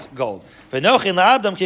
gold